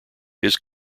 his